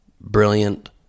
brilliant